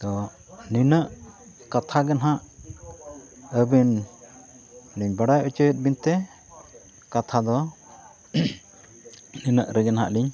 ᱟᱫᱚ ᱱᱤᱱᱟᱹᱜ ᱠᱟᱛᱷᱟ ᱜᱮ ᱦᱟᱸᱜ ᱟᱹᱵᱤᱱ ᱞᱤᱧ ᱵᱟᱰᱟᱭ ᱦᱚᱪᱚᱭᱮᱜ ᱵᱮᱱ ᱛᱮ ᱠᱟᱛᱷᱟ ᱫᱚ ᱱᱤᱱᱟᱹᱜ ᱨᱮᱜᱮ ᱦᱟᱸᱜ ᱞᱤᱧ